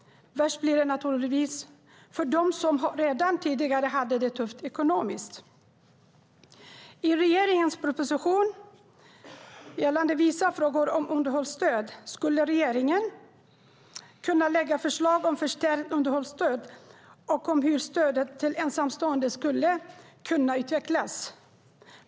Värst blir det naturligtvis för dem som redan tidigare hade det tufft ekonomiskt. I regeringens proposition Vissa frågor om underhållsstöd skulle regeringen kunna lägga fram förslag om förstärkt underhållsstöd och om hur stödet till ensamstående skulle kunna utvecklas.